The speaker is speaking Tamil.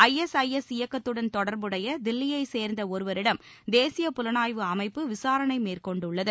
ஐஎஸ்ஐஎஸ் இயக்கத்துடன் தொடர்புடைய தில்லியைச் சேர்ந்த ஒருவரிடம் தேசிய புலனாய்வு அமைப்பு விசாரணை மேற்கொண்டுள்ளது